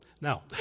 Now